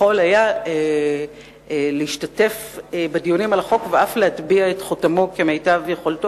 היה יכול להשתתף בדיונים על החוק ואף להטביע את חותמו כמיטב כישוריו.